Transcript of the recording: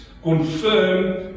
Confirm